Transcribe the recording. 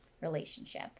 relationship